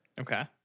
Okay